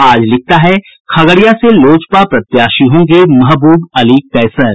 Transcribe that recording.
आज लिखता है खगड़िया से लोजपा प्रत्याशी होंगे महबूब अली कैसर